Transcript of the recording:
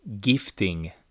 gifting